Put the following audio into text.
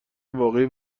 واقعی